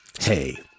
Hey